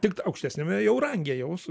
tik aukštesniame jau range jau s